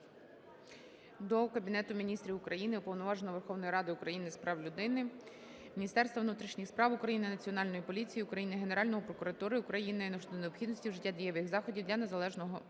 до Кабінету Міністрів України, Уповноваженого Верховної Ради України з прав людини, Міністерства внутрішніх справ України, Національної поліції України, Генеральної прокуратури України щодо необхідності вжиття дієвих заходів для належного проведення